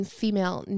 female